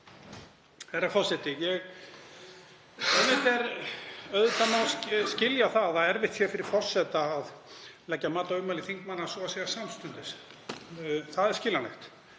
Herra forseti. Auðvitað má skilja það að erfitt sé fyrir forseta að leggja mat á ummæli þingmanna svo að segja samstundis. Það er skiljanlegt.